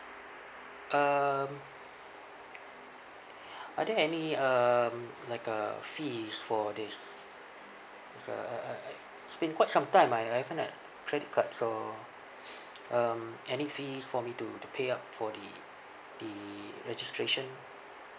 um are there any um like uh fees for this uh it's been quite some time I haven't had credit card so um any fees for me to to pay up for the the registration